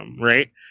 right